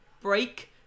break